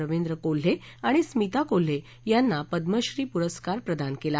रवींद्र कोल्हे आणि स्मिता कोल्हे यांना पद्मश्री पुरस्कार प्रदान केला